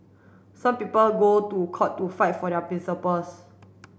some people go to court to fight for their principles